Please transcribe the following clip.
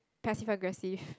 passive aggressive